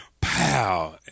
pow